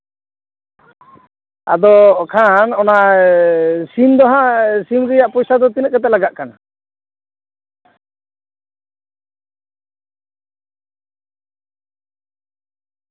ᱟᱫᱚ ᱠᱷᱟᱱ ᱚᱱᱟ ᱥᱤᱢ ᱫᱚ ᱦᱟᱸᱜ ᱥᱤᱢ ᱨᱮᱭᱟᱜ ᱯᱚᱭᱥᱟ ᱫᱚ ᱛᱤᱱᱟᱹᱜ ᱠᱟᱛᱮ ᱞᱟᱜᱟᱜ ᱠᱟᱱᱟ